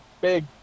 big –